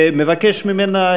ומבקש ממנה,